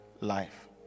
life